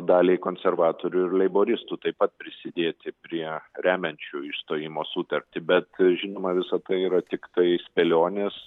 daliai konservatorių ir leiboristų taip pat prisidėti prie remiančių išstojimo sutartį bet žinoma visa tai yra tiktai spėlionės